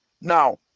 Now